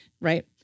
right